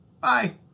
Bye